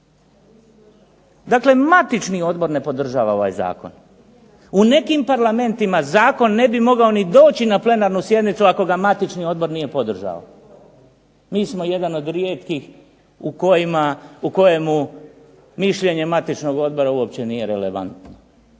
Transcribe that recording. Dakle, matični odbor ne podržava ovaj zakon. U nekim parlamentima zakon ne bi mogao ni doći na plenarnu sjednicu ako ga matični odbor nije podržao. Mi smo jedan od rijetkih u kojemu mišljenje matičnog odbora uopće nije relevantno.